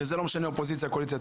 וזה לא משנה אופוזיציה או קואליציה.